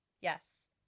Yes